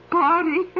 party